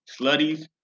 Slutties